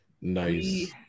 Nice